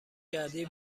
کردی